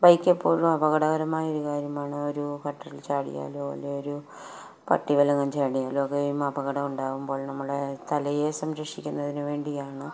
ബൈക്കെപ്പോഴും അപകടകരമായ ഒരു കാര്യമാണ് ഒരു ഗട്ടറിൽ ചാടിയാലോ അല്ലെങ്കിലൊരു പട്ടി വിലങ്ങനെ ചാടിയാലോ ഒക്കെ അപകടമുണ്ടാകുമ്പോൾ നമ്മുടെ തലയെ സംരക്ഷിക്കുന്നതിന് വേണ്ടിയാണ്